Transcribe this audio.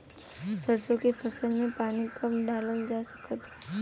सरसों के फसल में पानी कब डालल जा सकत बा?